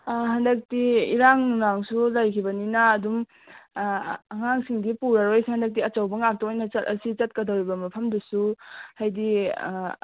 ꯑꯥ ꯍꯟꯗꯛꯇꯤ ꯏꯔꯥꯡ ꯅꯨꯡꯂꯥꯡꯁꯨ ꯂꯩꯈꯤꯕꯅꯤꯅ ꯑꯗꯨꯝ ꯑꯉꯥꯡꯁꯤꯗꯤ ꯄꯨꯔꯔꯣꯏꯁꯤ ꯍꯟꯗꯛꯇꯤ ꯑꯆꯧꯕ ꯉꯥꯛꯇ ꯑꯣꯏꯅ ꯆꯠꯂꯁꯤ ꯆꯠꯀꯗꯧꯔꯤꯕ ꯃꯐꯝꯗꯨꯁꯨ ꯍꯥꯏꯕꯗꯤ